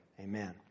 amen